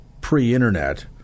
pre-Internet